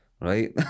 right